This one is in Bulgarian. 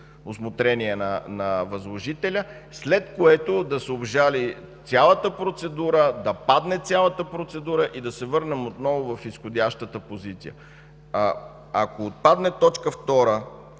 усмотрение на възложителя, след което да се обжали цялата процедура, да падне цялата процедура и да се върнем отново в изходящата позиция. Ако отпадне т. 2 от